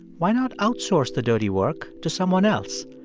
why not outsource the dirty work to someone else?